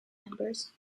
members